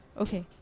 okay